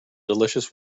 delicious